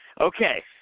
Okay